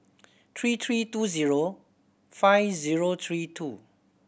three three two zero five zero three two